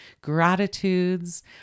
Gratitudes